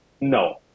No